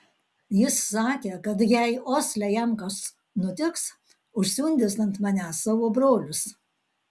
jis sakė kad jei osle jam kas nutiks užsiundys ant manęs savo brolius